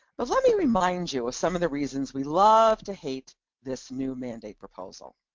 but let me remind you of some of the reasons we love to hate this new mandate proposal.